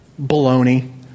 Baloney